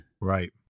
Right